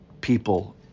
people